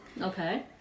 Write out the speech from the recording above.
Okay